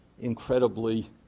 incredibly